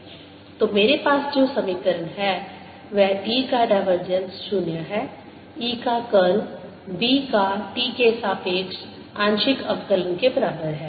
तो मेरे पास जो समीकरण है वह E का डाइवर्जेंस 0 है E का कर्ल B का t के सापेक्ष आंशिक अवकलन के बराबर है